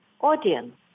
audience